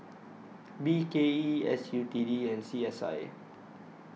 B K E S U T D and C S I